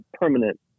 permanent